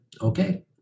okay